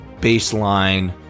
baseline